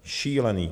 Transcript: Šílený!